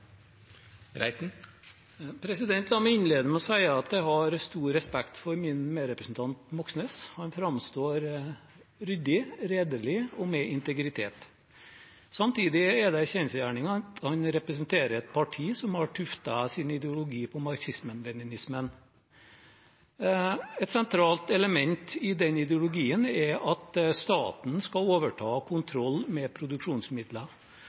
La meg innlede med å si at jeg har stor respekt for min medrepresentant Moxnes. Han framstår ryddig, redelig og med integritet. Samtidig er det en kjensgjerning at han representerer et parti som har tuftet sin ideologi på marxismen-leninismen. Et sentralt element i den ideologien er at staten skal overta kontrollen med